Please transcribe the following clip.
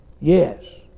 yes